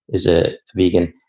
is it vegan?